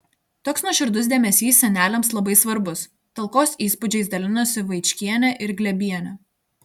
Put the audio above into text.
toks nuoširdus dėmesys seneliams labai svarbus talkos įspūdžiais dalinosi vaičkienė ir glėbienė